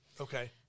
Okay